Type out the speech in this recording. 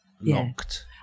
locked